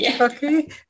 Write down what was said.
Okay